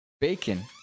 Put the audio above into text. Bacon